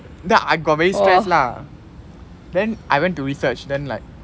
that I'd got very stressed lah then I went to research then like